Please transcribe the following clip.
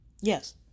yes